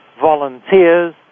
volunteers